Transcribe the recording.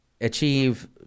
achieve